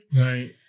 Right